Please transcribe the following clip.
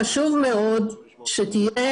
חשוב מאוד שתהיה